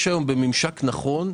יש היום בממשק נכון,